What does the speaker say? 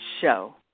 show